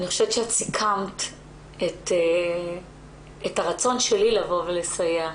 אני חושבת שאת סיכמת את הרצון שלי לבוא ולסייע.